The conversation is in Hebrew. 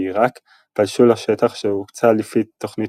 ועיראק פלשו לשטח אשר הוקצה לפי תוכנית